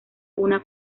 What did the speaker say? una